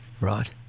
Right